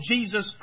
Jesus